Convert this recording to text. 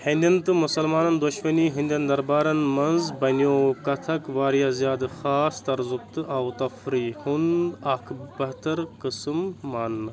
ہیٚنٚدین تہٕ مُسلمانن دۄشوٕنی ہٕندٮ۪ن دَربارَن منٛز بَنیو کَتھک واریاہ زِیادٕ خاص ترزُک تہٕ آو تَفری ہُند اکھ بَہتر قٕسم ماننہٕ